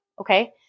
okay